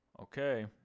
Okay